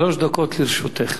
שלוש דקות לרשותך.